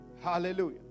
Hallelujah